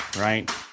right